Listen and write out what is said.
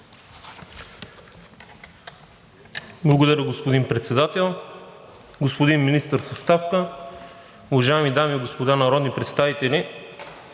Благодаря, господин Председател. Господин Министър в оставка, уважаеми дами и господа народни представители!